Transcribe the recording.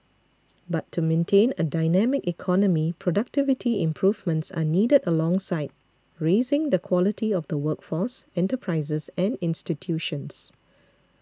but to maintain a dynamic economy productivity improvements are needed alongside raising the quality of the workforce enterprises and institutions